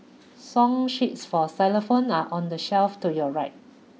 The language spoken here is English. song sheets for xylophones are on the shelf to your right